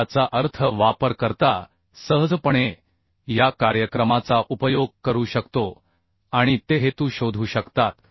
याचा अर्थ वापरकर्ता सहजपणे या कार्यक्रमाचा उपयोग करू शकतो आणि ते विशिष्ट भारामुळे विभाग हेतू शोधू शकतात